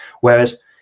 Whereas